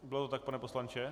Bylo to tak, pane poslanče?